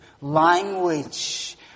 language